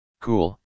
Cool